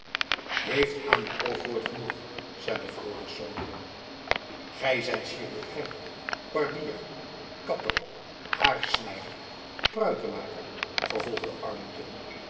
heeft aan een half woord genoeg zeide florisz gy zijt chirurgijn barbier kapper hairsnijder pruikemaker vervolgde arlington